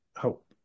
help